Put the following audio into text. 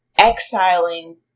exiling